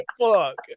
fuck